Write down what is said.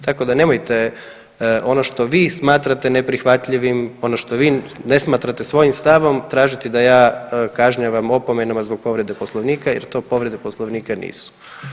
Tako da nemojte ono što vi smatrate neprihvatljivim, ono što vi ne smatrate svojim stavom tražiti da ja kažnjavam opomenama zbog povrede Poslovnika jer to povrede Poslovnika nisu.